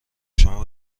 شما